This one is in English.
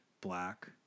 Black